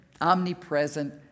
omnipresent